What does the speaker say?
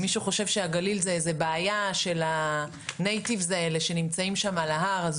אם מישהו חושב שהגליל זה איזה בעיה של ה-Natives האלה שנמצא שם על ההר,